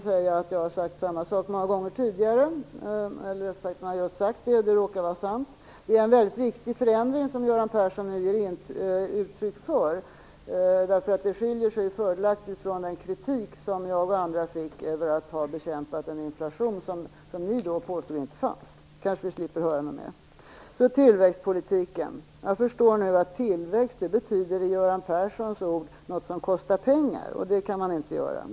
Jag har sagt samma sak många gånger tidigare, och det råkar vara sant. Det är en väldigt viktig förändring som Göran Persson nu ger uttryck för, därför att det skiljer sig fördelaktigt från den kritik som jag och andra fick för att vi bekämpade en inflation som ni påstod inte fanns. Så den kritiken slipper vi kanske höra mera. Det tredje gäller tillväxtpolitiken. Jag förstår nu att tillväxt med Göran Perssons ord innebär någonting som kostar pengar, och sådant får man inte göra.